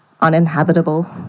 uninhabitable